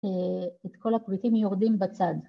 ‫את כל הקבוצים יורדים בצד.